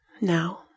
Now